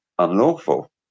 unlawful